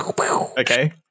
Okay